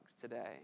today